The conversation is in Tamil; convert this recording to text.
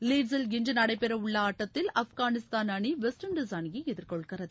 லீட்ஸில் இன்று நடைபெறவுள்ள ஆட்டத்தில் ஆப்கானிஸ்தான் அணி வெஸ்ட் இன்டஸ் அணியை எதிர்கொள்கிறது